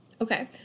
Okay